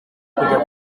kujya